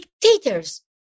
dictators